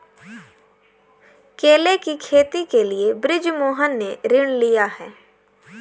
केले की खेती के लिए बृजमोहन ने ऋण लिया है